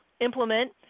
implement